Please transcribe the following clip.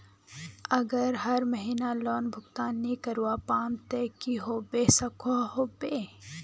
अगर हर महीना लोन भुगतान नी करवा पाम ते की होबे सकोहो होबे?